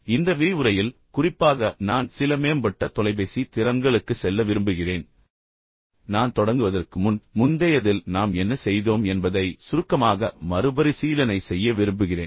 மேலும் இந்த விரிவுரையில் குறிப்பாக நான் சில மேம்பட்ட தொலைபேசி திறன்களுக்கு செல்ல விரும்புகிறேன் நான் தொடங்குவதற்கு முன் முந்தையதில் நாம் என்ன செய்தோம் என்பதை சுருக்கமாக மறுபரிசீலனை செய்ய விரும்புகிறேன்